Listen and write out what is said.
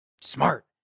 smart